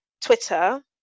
Twitter